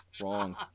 wrong